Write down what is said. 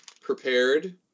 prepared